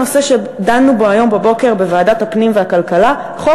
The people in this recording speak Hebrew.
נושא שדנו בו היום בבוקר בוועדה המשותפת של ועדת הפנים וועדת הכלכלה,